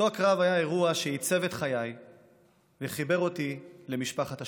אותו קרב היה אירוע שעיצב את חיי וחיבר אותי למשפחת השכול.